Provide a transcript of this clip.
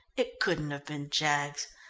it couldn't have been jaggs.